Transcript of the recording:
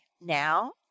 now